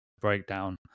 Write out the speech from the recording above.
breakdown